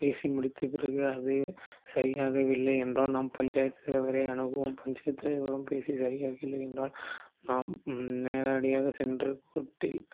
பேசி முடித்த பிறகு அது சரியாகவில்லை என்றால் நம் பஞ்சாயத்து தலைவரை அணுகுவோம் பஞ்சாயத்து தலைவரும் பேசி சரியாகவில்லை என்றால் நாம் நேரடியாக சென்று கோர்ட்டில்